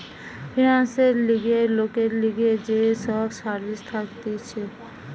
ফিন্যান্সের লিগে লোকের লিগে যে সব সার্ভিস থাকতিছে